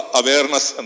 awareness